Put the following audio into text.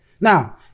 Now